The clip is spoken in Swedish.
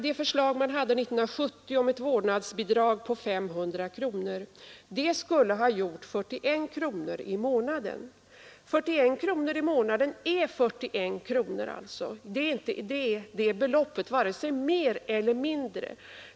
Det förslag som framlades 1970 om ett vårdnadsbidrag på 500 kronor skulle ha givit 41 kronor i månaden — varken mer eller mindre.